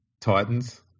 Titans